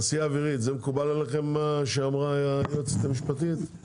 תעשייה אווירית זה מקובל עליכם מה שאמרה היועצת המשפטית?